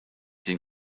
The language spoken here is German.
den